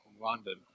London